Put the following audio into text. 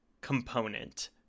component